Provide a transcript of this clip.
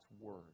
word